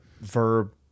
verb